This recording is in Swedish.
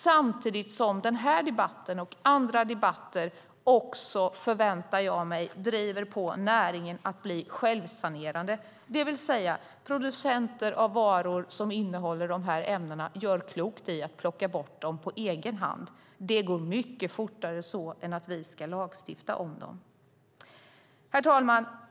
Samtidigt förväntar jag mig att denna och andra debatter driver på näringen så att den blir självsanerande, det vill säga att producenter av varor som innehåller dessa ämnen gör klokt i att på egen hand plocka bort dem. Det går mycket fortare än att vi ska lagstifta om det. Herr talman!